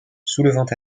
soulevant